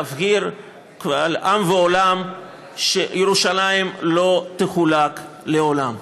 להבהיר קבל עם ועולם שירושלים לא תחולק לעולם.